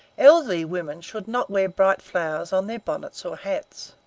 elderly women should not wear bright flowers on their bonnets or hats.